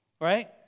right